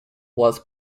was